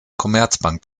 commerzbank